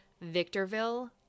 Victorville